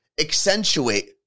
Accentuate